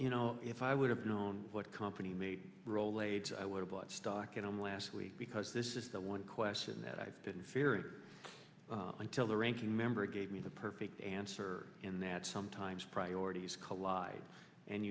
you know if i would have known what company made rolaids i would have bought stock in them last week because this is the one question that i didn't fear it until the ranking member gave me the perfect answer in that sometimes priorities collide and